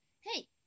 hey